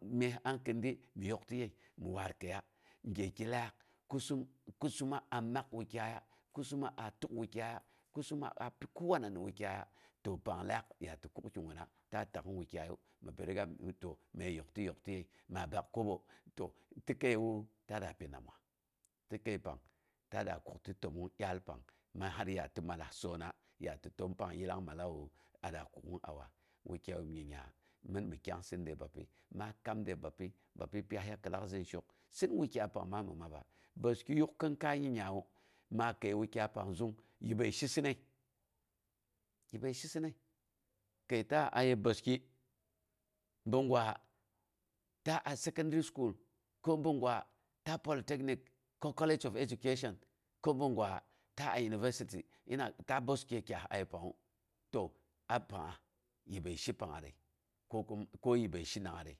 Myes a kondi mi yoktiye mi waar kəiya gyeki laak, kusum kusuma mak wukyaiya, kusuma a tuk wukyaiya, kusuma a pi kowama ni wukyaiya. To pang laak ga ti kuk kiguna ta tak'un wukyaiyu, məi yokta yoktiye, ma bak kobo. To ti kəiyu ta da pin nama? Ti kəipang ta daa kuk te təmang dyaal pang mi har ya ti mallas sona ya ti təm pang yillang mallawu a da kuk'ung a wowowa wukyoom nyinnga min mi kyansi de bapyi, ma kam de bapyi, bapyi pyas yiki lak zin shoko sɨn wukgai pang maa nim maba. Bəski yuk kinkai nyinggyewu, məi kəi wukyai pang zung, yibbəi shisɨnni yibbəi shisɨnəi, kaitaa aye bəski, bang gwa ta a secondary school bung kwa ta polytechnic ko college of education ko ɓung gwa ta a university ti ɓas ki kyas a ye pangngu. To, a pangngas, yibbu shi pangngngatre, ko ibbi shi nangngase,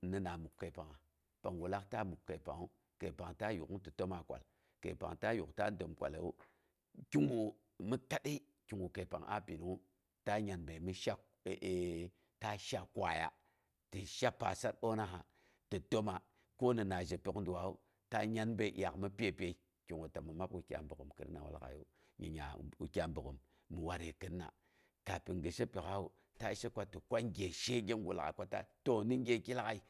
nina muk kəi pangnga? Panggu laak ta muk kəi pangngu. Kəipang ta yuk'ung te təma kwal, kəipang ta yuk ta dəm kwallewu, ki gu mi kadai kigu kəi pang a pinungngu, ta nyandai mi sha kwaya, ti sha pasat donaha, ti təma konina a zhepiyok dawu ta nyandəi dyaak mi pyai pyai, kigu ta mi mab wukyai bogghom kirinawu lag'aiyu. Nyingnya wukyai bogghom mi watre kinna, kafin ki shepyok'awu ta she ko tɨ kwa gye shege ge lag'ai, ta she pyok dawu. To, ni gyeki lag'ai.